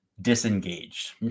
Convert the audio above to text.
disengaged